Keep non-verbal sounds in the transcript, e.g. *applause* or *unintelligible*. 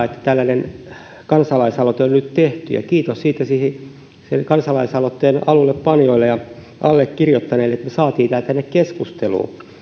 *unintelligible* että tällainen kansalaisaloite on nyt tehty kiitos siitä sen kansalaisaloitteen alullepanijoille ja allekirjoittaneille että me saimme tämän tänne keskusteluun